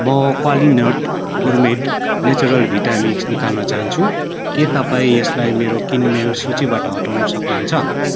म क्वालिनट gourmet natural भिटा मिक्स निकाल्न चाहन्छु के तपाईँ यसलाई मेरो किनमेल सूचीबाट हटाउन सक्नुहुन्छ